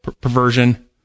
perversion